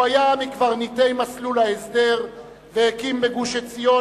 הוא היה מקברניטי מסלול ההסדר והקים בגוש-עציון